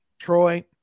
Troy